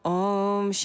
om